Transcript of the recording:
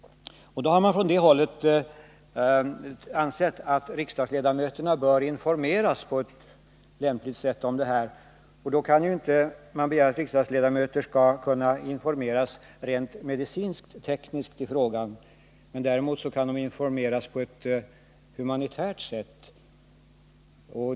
Från det hållet har man ansett att riksdagsledamöterna bör informeras på ett lämpligt sätt om THX, men man kan inte begära att riksdagsledamöterna skall kunna informeras rent medicinskt-tekniskt i frågan. Däremot kan de informeras i humanitärt avseende.